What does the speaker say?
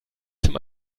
zum